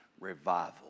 Revival